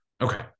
Okay